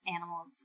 animals